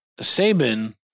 Sabin